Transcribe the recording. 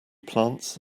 plants